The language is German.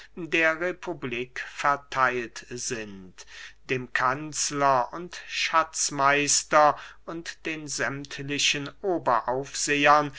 der republik vertheilt sind dem kanzler und schatzmeister und den sämmtlichen oberaufsehern